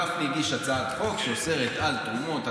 גפני הגיש הצעת החוק שאוסרת תרומות,